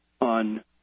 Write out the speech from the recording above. on